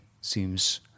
seems